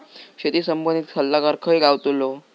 शेती संबंधित सल्लागार खय गावतलो?